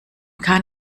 kann